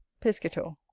piscator.